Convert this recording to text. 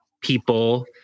people